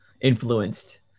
influenced